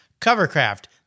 Covercraft